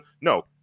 No